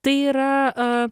tai yra a